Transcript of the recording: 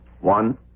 One